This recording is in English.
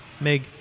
Meg